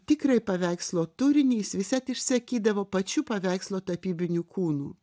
tikrąjį paveikslo turinį jis visad išsakydavo pačiu paveikslo tapybiniu kūnu